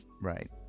right